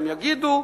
הם יגידו,